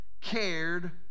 cared